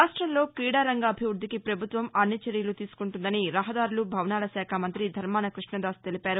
రాష్ట్రంలో క్రీడా రంగాభివృద్దికి ప్రభుత్వం అన్ని చర్యలు తీసుకుంటుందని రహదారులు భవనాల శాఖ మంతి ధర్మాన కృష్ణదాస్ తెలిపారు